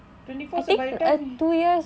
twenty four so by the time he